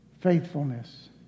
faithfulness